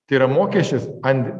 tai yra mokesčis ant